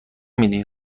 میدی